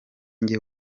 njye